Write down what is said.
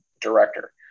director